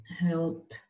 help